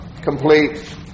Complete